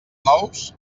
nous